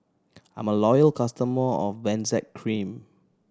I'm a loyal customer of Benzac Cream